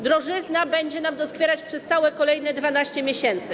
Drożyzna będzie nam doskwierać przez całe kolejne 12 miesięcy.